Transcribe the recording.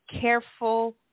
careful